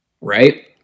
Right